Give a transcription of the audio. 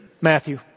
Matthew